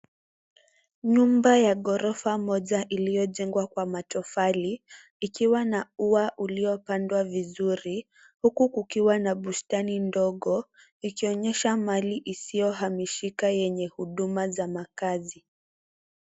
Nyumba ya ghorofa moja iliyojengwa kwa matofali ikiwa na ua uliopandwa vizuri huku kukiwa na bustani ndogo ikionyesha mali isiyohamishika yenye huduma za makazi.